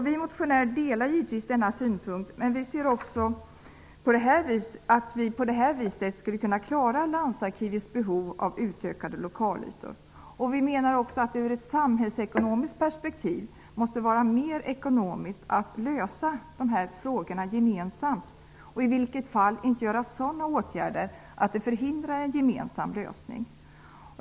Vi motionärer delar gitvetvis denna synpunkt, men vi ser också att man på det här viset skulle kunna klara Landsarkivets behov av utökade lokalytor. Vi menar också att det ur samhällsekonomiskt perspektiv måste vara mer ekonomiskt att lösa dessa frågor tillsammans och i vilket fall inte göra sådana åtgärder att det förhindrar en gemensam lösning.